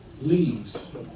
leaves